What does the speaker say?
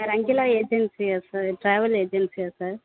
sir அஞ்சலா ஏஜென்சியா sir travel ஏஜென்சியா சார்